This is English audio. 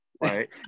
right